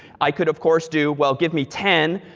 i could, of course, do well, give me ten,